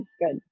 good